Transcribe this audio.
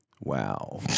Wow